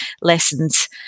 lessons